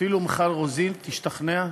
אפילו מיכל רוזין תשתכנע שכדאי,